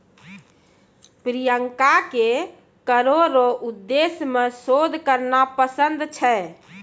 प्रियंका के करो रो उद्देश्य मे शोध करना पसंद छै